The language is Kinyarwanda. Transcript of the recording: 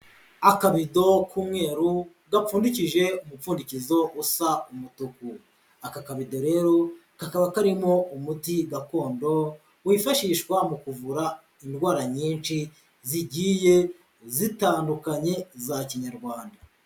Akabido k'umweru gapfundikije umupfundikizo usa umutuku, aka kabido rero kakaba karimo umuti gakondo, wifashishwa mu kuvura indwara nyinshi zigiye zitandukanye za Kinyarwanda.